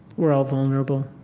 we're all vulnerable.